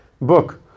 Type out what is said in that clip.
book